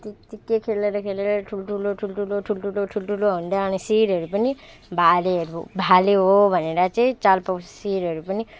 त्यत्तिकै खेलेर खेलेर ठुल्ठुलो ठुल्ठुलो ठुल्ठुलो ठुल्ठुलो हुँदै अनि शिरहरू पनि भालेहरूको भाले हो भनेर चाहिँ चाल पाउँछ शिरहरू पनि